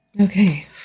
Okay